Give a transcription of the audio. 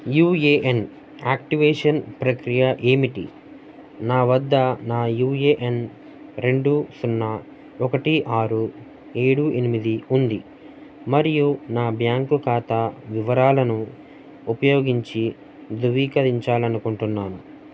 you A N activation ప్రక్రియ ఏమిటి నావద్ద నా యూ ఏ ఎన్ రెండు సున్నా ఒకటి ఆరు ఏడు ఎనిమిది ఉంది మరియు నా బ్యాంకు ఖాతా వివరాలను ఉపయోగించి ధృవీకరించాలి అనుకుంటున్నాను